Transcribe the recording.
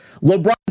LeBron